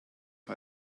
die